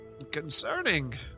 concerning